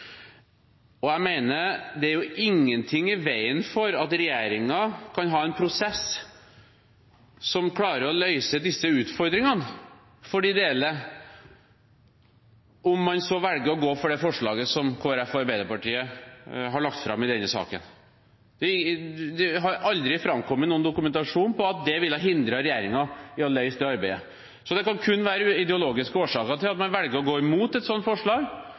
Jeg mener at det er ingenting i veien for at regjeringen kan ha en prosess som klarer å løse disse utfordringene for de ideelle, om man så velger å gå for det forslaget som Kristelig Folkeparti og Arbeiderpartiet har lagt fram i denne saken. Det har aldri framkommet noen dokumentasjon på at det ville ha hindret regjeringen i å løse det arbeidet. Så det kan kun være ideologiske årsaker til at man velger å gå imot et sånt forslag,